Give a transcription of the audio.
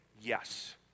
yes